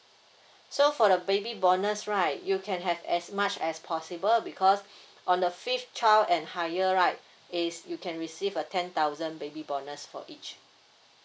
so for the baby bonus right you can have as much as possible because on the fifth child and higher right is you can receive a ten thousand baby bonus for each